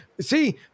see